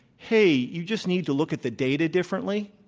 hey, you just need to look at the data differently.